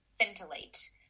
scintillate